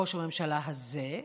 ראש הממשלה הזה.